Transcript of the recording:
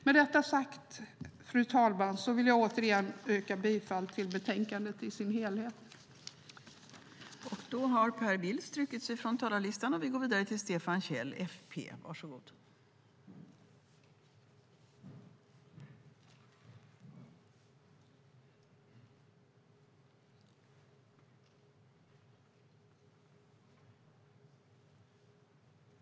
Med detta sagt, fru talman, vill jag återigen yrka bifall till förslaget i dess helhet i betänkandet.